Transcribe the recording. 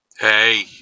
Hey